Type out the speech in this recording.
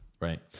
Right